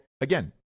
again